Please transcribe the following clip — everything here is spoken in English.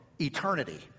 eternity